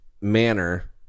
manner